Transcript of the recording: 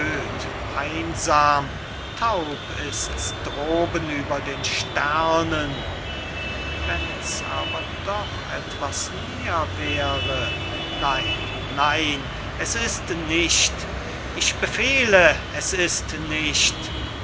einsam taub ist's droben über den sternen wenn's aber doch etwas mehr wäre nein nein es ist nicht ich befehle es ist nicht